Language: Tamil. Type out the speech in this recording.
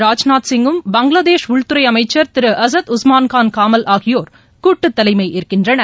ராஜ்நாத் பங்களாதேஷ் உள்துறைஅமைச்சர் திருஅசத்உஸ்மான் கான் கமால் ஆகியோர் கூட்டுதலைமைஏற்கின்றனர்